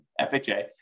FHA